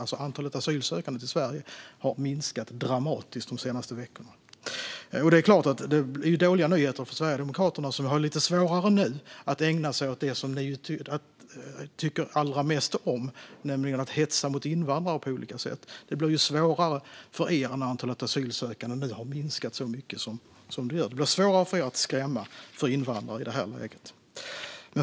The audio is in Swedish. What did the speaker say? Antalet asylsökande till Sverige har alltså minskat dramatiskt de senaste veckorna. Det är klart att detta är dåliga nyheter för Sverigedemokraterna, som nu har det lite svårare att ägna sig åt det som ni tycker allra mest om, nämligen att hetsa mot invandrare på olika sätt. Det blir svårare för er när antalet asylsökande nu har minskat så mycket som det har gjort. Det blir svårare för er att skrämmas med invandrare i det här läget.